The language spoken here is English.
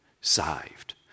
Saved